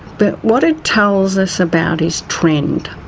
but what it tells us about is trend,